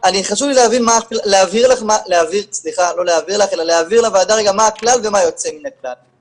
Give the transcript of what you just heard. חשוב לי להבהיר לוועדה רגע מה הכלל ומה היוצא מן הכלל.